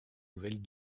nouvelle